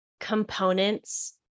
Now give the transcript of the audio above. components